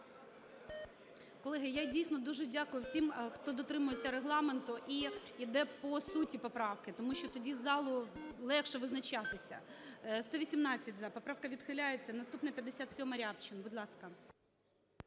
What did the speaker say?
Колеги, я дійсно дуже дякую всім, хто дотримується Регламенту і іде по суті поправки, тому що тоді залу легше визначатися. 13:36:27 За-118 Поправка відхиляється. Наступна - 57-а, Рябчин, будь ласка.